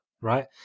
right